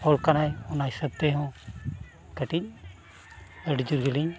ᱦᱚᱲ ᱠᱟᱱᱟᱭ ᱚᱱᱟ ᱦᱤᱥᱟᱹᱵ ᱛᱮᱦᱚᱸ ᱠᱟᱹᱴᱤᱡ ᱟᱹᱰᱤ ᱡᱳᱨ ᱜᱮᱞᱤᱧ